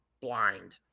blind